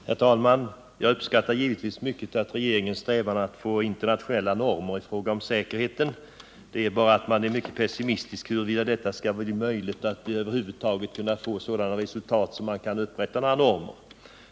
Herr talman! Jag uppskattar givetvis regeringens strävan att få internationella normer i fråga om säkerheten. Det är bara det att jag är mycket pessimistisk inför möjligheterna att över huvud taget uppnå sådana resultat att det kan upprättas några normer.